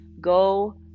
Go